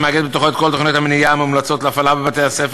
המאגד בתוכו את כל תוכניות המניעה המומלצות להפעלה בבתי-הספר,